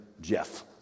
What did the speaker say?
Jeff